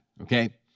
okay